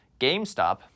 GameStop